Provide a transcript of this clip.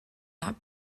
not